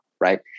right